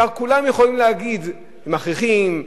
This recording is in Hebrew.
כולם יכולים להגיד: מכריחים,